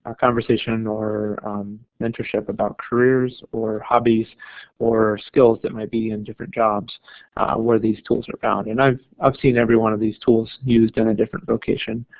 ah conversation or mentorship about careers or hobbies or skills that might be in different jobs where these tools are found, and i've i've seen every one of these tools used in a different vocation